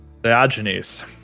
Diogenes